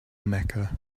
mecca